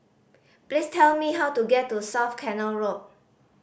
please tell me how to get to South Canal Road